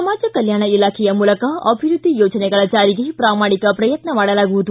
ಸಮಾಜ ಕಲ್ಯಾಣ ಇಲಾಖೆಯ ಮೂಲಕ ಅಭಿವೃದ್ಧಿ ಯೋಜನೆಗಳ ಜಾರಿಗೆ ಪ್ರಾಮಾಣಿಕ ಪ್ರಯತ್ನ ಮಾಡಲಾಗುವುದು